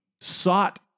sought